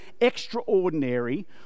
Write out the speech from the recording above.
extraordinary